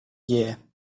year